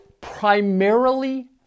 primarily